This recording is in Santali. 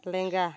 ᱞᱮᱸᱜᱟ